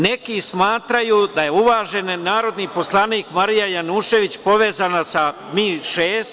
Neki smatraju da je uvaženi narodni poslanik Marija Janjušević povezana sa MI6.